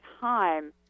time